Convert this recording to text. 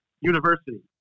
University